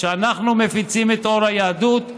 כשאנחנו מפיצים את אור היהדות,